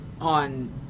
On